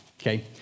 okay